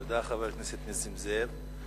תודה לחבר הכנסת נסים זאב.